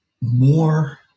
more